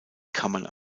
kammern